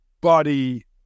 body